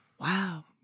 Wow